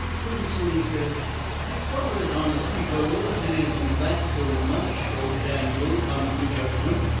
purty soon he says as far as honesty goes it isn't that so much, o daniel-come-to-judgment!